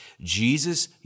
Jesus